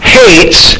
hates